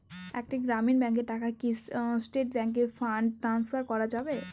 একটি গ্রামীণ ব্যাংকের টাকা কি স্টেট ব্যাংকে ফান্ড ট্রান্সফার করা যাবে?